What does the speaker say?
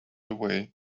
away